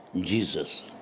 Jesus